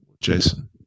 Jason